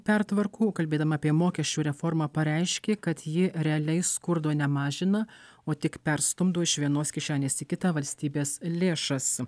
pertvarkų kalbėdama apie mokesčių reformą pareiškė kad ji realiai skurdo nemažina o tik perstumdo iš vienos kišenės į kitą valstybės lėšas